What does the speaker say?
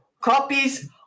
copies